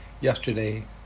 yesterday